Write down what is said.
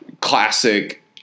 classic